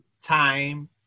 Time